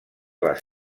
les